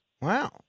Wow